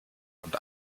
und